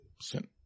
sin